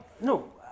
No